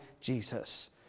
Jesus